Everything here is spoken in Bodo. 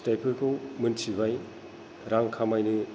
फिथायफोरखौ मिथिबाय रां खामायनो